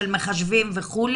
של מחשבים וכו',